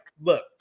look